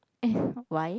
why